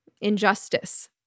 injustice